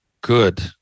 good